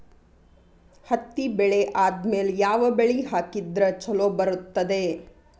ಹತ್ತಿ ಬೆಳೆ ಆದ್ಮೇಲ ಯಾವ ಬೆಳಿ ಹಾಕಿದ್ರ ಛಲೋ ಬರುತ್ತದೆ?